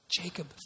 Jacob